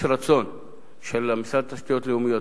יש רצון של המשרד לתשתיות לאומיות,